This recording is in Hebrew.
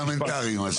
פרלמנטרי מה שנקרא.